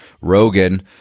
Rogan